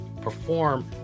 perform